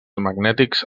magnètics